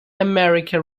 america